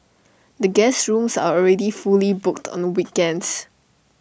the guest rooms are already fully booked on weekends